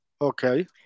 okay